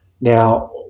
Now